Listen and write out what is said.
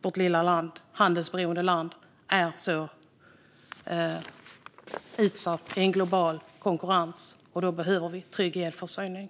Vårt lilla, handelsberoende land är utsatt i en global konkurrens, och då behöver vi en trygg elförsörjning.